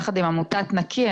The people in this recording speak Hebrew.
יחד עם עמותת נקי,